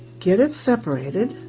get it separated.